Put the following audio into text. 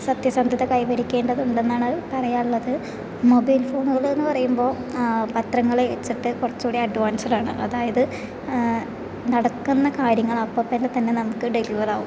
സത്യസന്ധത കൈ വരിക്കേണ്ടതുണ്ടെന്നാണ് പറയാറുള്ളത് മൊബൈൽ ഫോണുകള് എന്ന് പറയുമ്പോൾ പത്രങ്ങളെ വെച്ചിട്ട് കുറച്ചുകൂടി അഡ്വാൻസ്ഡ് ആണ് അതായത് നടക്കുന്ന കാര്യങ്ങള് അപ്പപ്പോഴൊക്കെത്തന്നെ നമുക്ക് ഡെലിവർ ആകും